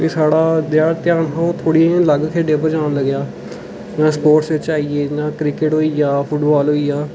ते साढ़ा जेह्ड़ा ध्यान हा ओह् थोह्ड़ा अलग खेढें उप्पर जान लग्गेआ जियां स्पोर्ट बिच आई गे जियां क्रिकेट होई गेआ फुटबाल होई गेआ